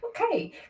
Okay